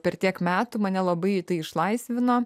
per tiek metų mane labai tai išlaisvino